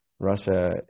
Russia